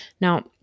Now